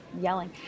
yelling